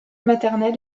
maternelle